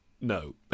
no